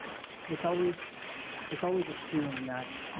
it's always it's always assumed that